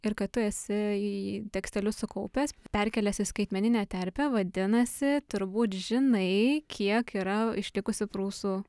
ir kad tu esi į į tekstelius sukaupęs perkėlęs į skaitmeninę terpę vadinasi turbūt žinai kiek yra išlikusių prūsų